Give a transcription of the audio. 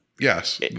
Yes